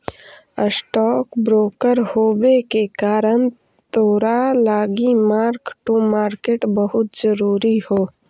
stock broker होबे के कारण तोरा लागी मार्क टू मार्केट बहुत जरूरी हो